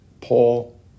Paul